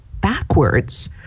backwards